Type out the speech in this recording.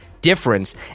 difference